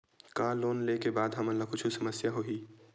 का लोन ले के बाद हमन ला कुछु समस्या होही?